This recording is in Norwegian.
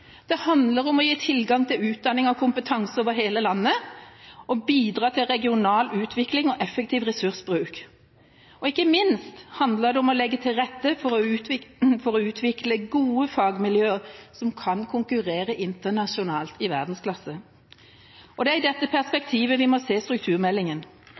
Det handler om å gi tilgang til utdanning og kompetanse over hele landet og bidra til regionalutvikling og effektiv ressursbruk. Ikke minst handler det om å legge til rette for å utvikle gode fagmiljøer som kan konkurrere internasjonalt i verdensklasse. Det er i dette perspektivet vi må se strukturmeldingen.